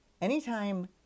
Anytime